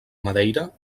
madeira